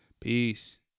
Peace